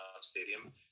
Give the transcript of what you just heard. stadium